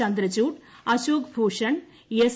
Chandrachud Ashok Bhushan S